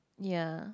ya